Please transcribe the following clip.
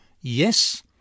Yes